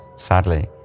Sadly